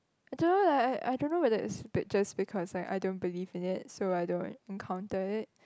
I don't know like I I don't know whether it's pictures because I I don't believe in it so I don't encounter it